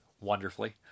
wonderfully